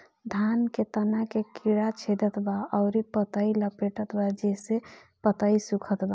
धान के तना के कीड़ा छेदत बा अउर पतई लपेटतबा जेसे पतई सूखत बा?